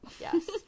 yes